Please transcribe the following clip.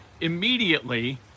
immediately